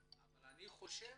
אבל אני חושב